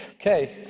Okay